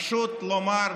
פשוט לומר: